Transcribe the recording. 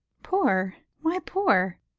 poor? why poor?